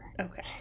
Okay